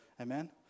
Amen